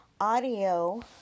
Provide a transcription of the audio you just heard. audio